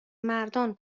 مردان